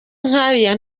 nk’ariya